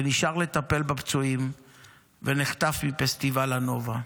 נשאר לטפל בפצועים ונחטף מפסטיבל הנובה,